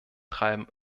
treiben